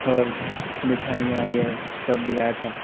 اور مٹھائیاں یہ سب دلایا تھا